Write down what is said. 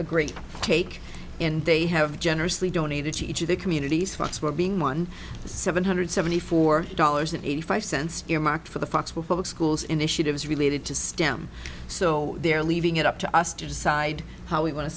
a great take and they have generously donated to each of the communities folks were being one to seven hundred seventy four dollars and eighty five cents earmarked for the fox were public schools initiatives related to stem so they're leaving it up to us to decide how we want to